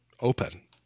open